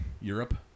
Europe